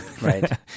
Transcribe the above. Right